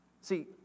See